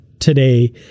today